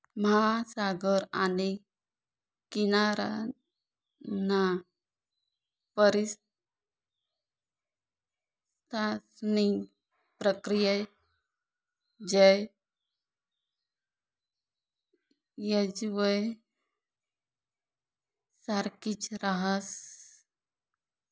महासागर आणि किनाराना परिसंस्थांसनी प्रक्रिया जवयजवय सारखीच राहस